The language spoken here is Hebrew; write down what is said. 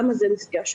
למה זה נסגר שם.